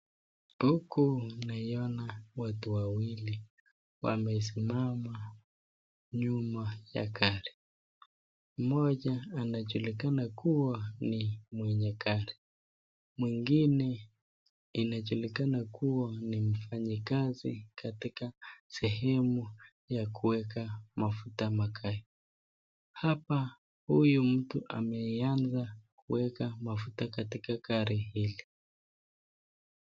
Huku nawaona watu wawili wamesimama nyuma ya gari mmoja anajulikana kuwa mwenye gari mwingine anajulikana kuwa ni mfanyikazi katika sehemu ya kuweka mafuta magari, hapa huyu mtu ameanza kuweka mafuta katika gari hili.